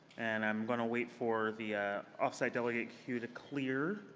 and i'm going to wait for the ah off-site delegate cue to clear.